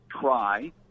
try